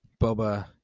Boba